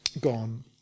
gone